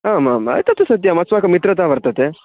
आमामेतत्तु सत्यमस्माकं मित्रता वर्तते